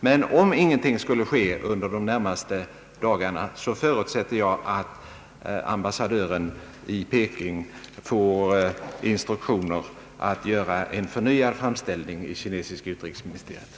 Men om ingenting skulle ske under de närmaste dagarna, förutsätter jag att ambassadören i Peking får instruktioner att göra en förnyad framställning i Kinas utrikesministerium.